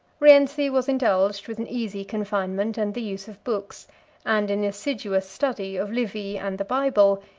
rienzi was indulged with an easy confinement and the use of books and in the assiduous study of livy and the bible,